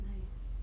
Nice